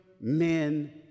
men